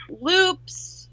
loops